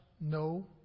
no